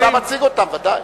אתה מציג אותם, ודאי.